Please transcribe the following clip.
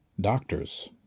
doctors